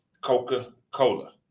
Coca-Cola